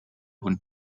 und